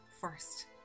first